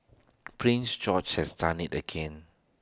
prince George has done IT again